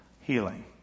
healing